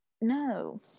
no